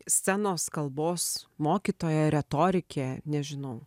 scenos kalbos mokytoja retorikė nežinau